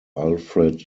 alfred